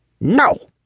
No